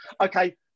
Okay